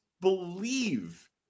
believe